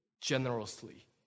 generously